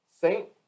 Saint